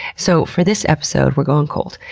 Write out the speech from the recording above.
so for this episode, we're going cold.